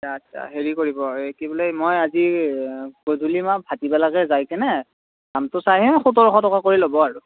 আচ্ছা আচ্ছা হেৰি কৰিব এই কি বোলে মই আজি গধূলি বা ভাটিবেলাতে যাই কেনে দামটো চাই আহিম সোতৰশ টকা কৰি ল'ব আৰু